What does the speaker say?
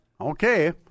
okay